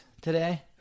today